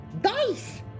Dice